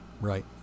right